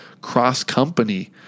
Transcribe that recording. cross-company